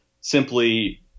simply